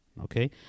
okay